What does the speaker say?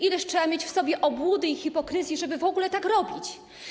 Ileż trzeba mieć w sobie obłudy i hipokryzji, żeby w ogóle tak robić?